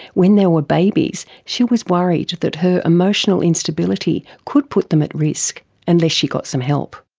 when they were babies she was worried that her emotional instability could put them at risk, unless she got some help.